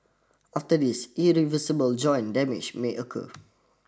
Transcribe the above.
after this irreversible joint damage may occur